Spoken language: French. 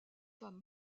femme